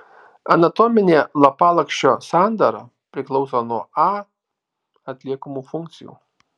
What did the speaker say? anatominė lapalakščio sandara priklauso nuo a atliekamų funkcijų